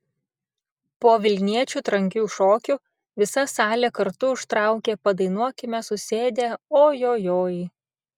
po vilniečių trankių šokių visa salė kartu užtraukė padainuokime susėdę o jo joj